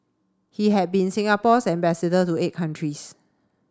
he had been Singapore's ambassador to eight countries